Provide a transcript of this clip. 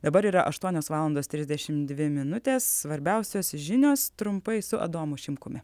dabar yra aštuonios valandos trisdešim dvi minutės svarbiausios žinios trumpai su adomu šimkumi